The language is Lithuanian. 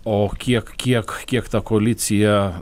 o kiek kiek kiek ta koalicija